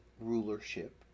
rulership